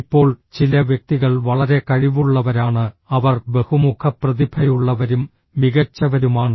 ഇപ്പോൾ ചില വ്യക്തികൾ വളരെ കഴിവുള്ളവരാണ് അവർ ബഹുമുഖ പ്രതിഭയുള്ളവരും മികച്ചവരുമാണ്